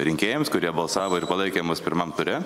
rinkėjams kurie balsavo ir palaikė mus pirmam ture